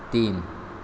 तीन